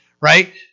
right